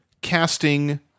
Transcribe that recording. casting